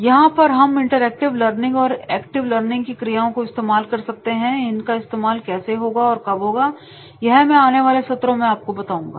यहां पर हम इंटरएक्टिव लर्निंग और एक्टिव लर्निंग की क्रियाओं को इस्तेमाल कर सकते हैं इनका इस्तेमाल कैसे होगा और कब होगा यह मैं आने वाले सत्रों में आपको बताऊंगा